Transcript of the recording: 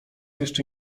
jeszcze